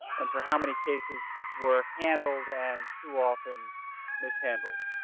and for how many cases were handled and too often mishandled